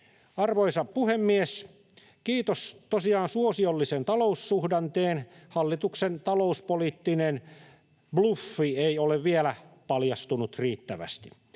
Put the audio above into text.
Arvoisa puhemies! Kiitos tosiaan suosiollisen taloussuhdanteen, hallituksen talouspoliittinen bluffi ei ole vielä paljastunut riittävästi.